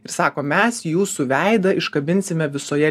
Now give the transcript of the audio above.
ir sako mes jūsų veidą iškabinsime visoje